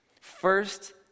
First